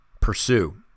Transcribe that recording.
pursue